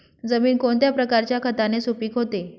जमीन कोणत्या प्रकारच्या खताने सुपिक होते?